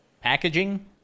Packaging